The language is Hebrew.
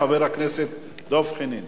חבר הכנסת דב חנין.